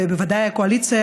ובוודאי הקואליציה,